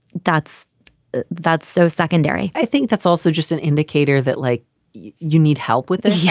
that's that's so secondary i think that's also just an indicator that, like you need help with the. yeah